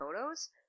photos